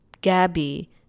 Gabby